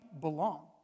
belong